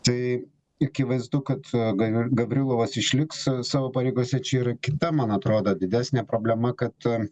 tai akivaizdu kad gav gavrilovas išliks sa savo pareigose čia yra kita man atrodo didesnė problema kad